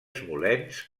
smolensk